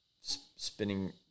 spinning